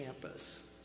campus